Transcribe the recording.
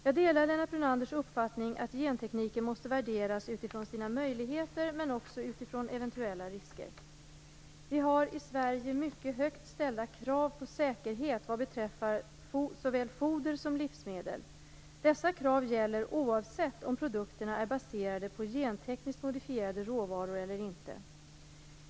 Jag delar Lennart Brunanders uppfattning att gentekniken måste värderas utifrån sina möjligheter men också utifrån eventuella risker. Vi har i Sverige mycket högt ställda krav på säkerhet vad beträffar såväl foder som livsmedel. Dessa krav gäller oavsett om produkterna är baserade på gentekniskt modifierade råvaror eller inte.